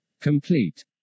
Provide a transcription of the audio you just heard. Complete